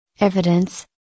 Evidence